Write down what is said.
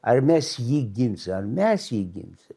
ar mes jį ginsim ar mes jį ginsim